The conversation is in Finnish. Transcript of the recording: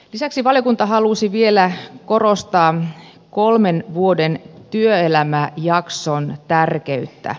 lisäksi valiokunta halusi vielä korostaa kolmen vuoden työelämäjakson tärkeyttä